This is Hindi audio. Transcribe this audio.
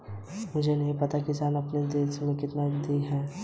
के.वाई.सी का क्या मतलब होता है?